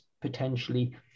potentially